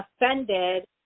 offended